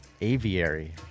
aviary